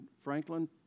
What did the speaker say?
Franklin